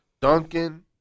Duncan